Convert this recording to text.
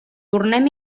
tornem